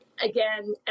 again